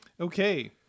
okay